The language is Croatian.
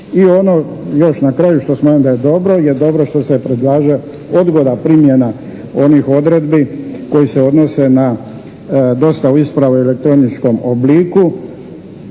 I ono još na kraju što smatram da je dobro je dobro što se predlaže odgoda primjena onih odredbi koji se odnose na dosta u ispravu u elektroničkom obliku